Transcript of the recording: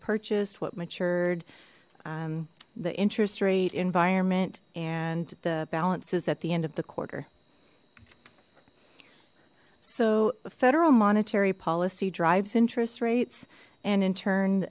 purchased what matured the interest rate environment and the balances at the end of the quarter so federal monetary policy drives interest rates and in